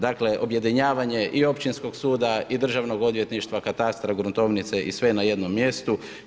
Dakle objedinjavanje i općinskog suda i državnog odvjetništva, katastra, gruntovnice i sve je na jednom mjestu.